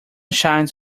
shines